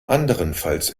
andernfalls